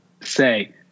say